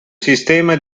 sistema